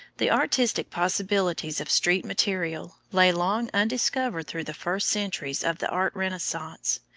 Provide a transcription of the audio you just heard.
the artistic possibilities of street material lay long undiscovered through the first centuries of the art renaissance,